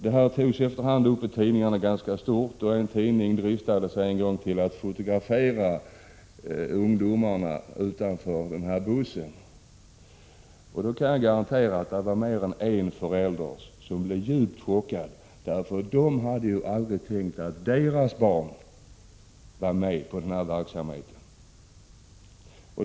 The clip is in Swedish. Saken slogs upp ganska stort i tidningarna, och en tidning dristade sig vid ett tillfälle att fotografera ungdomarna utanför bussen i fråga. Jag kan garantera att mer än en förälder blev djupt chockerad — man hade aldrig kunnat tänka sig att de egna barnen tillhörde de här ungdomarna.